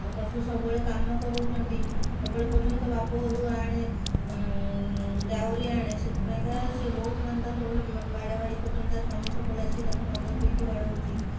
ତାକୁ ସବୁବେଳେ କାମ କରଉଛନ୍ତି ସବୁବେଳେ କହୁଛନ୍ତି ତୋ ବାପ ଘରୁ ଆଣେ ଡାଉରୀ ଆଣେ ସେଥିପାଇଁକା ସେ ବହୁତ ମାନେ ତାକୁ ସବୁବେଳେ ବାଡ଼ାବାଡ଼ି କରୁଛନ୍ତି ତା ସ୍ୱାମୀ ସବୁବେଳେ ଆସି ତାକୁ ମଦ ପିଇକି ବାଡ଼ଉଛି